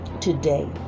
today